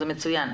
זה מצוין,